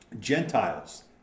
Gentiles